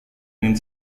ingin